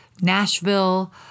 Nashville